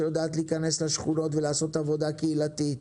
שיודע להיכנס לשכונות ולעשות את העבודה הקהילתית.